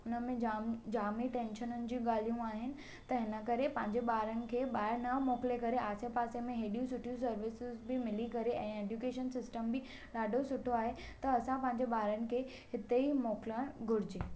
हुन में जामु ई टेंशननि जी ॻाल्हियूं आहिनि त हिन करे पंहिंजे ॿारनि खे ॿाहिरि न मोकिले करे आसे पासे में हेॾियूं सुठियूं सर्वीसिस बि मिली करे ऐं ऐड्यूकेशन सिस्टम बि ॾाढो सुठो आहे त असां पंहिंजे ॿारनि खे हिते ई मोकिलणु घुरिजे